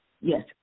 Yes